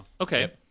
Okay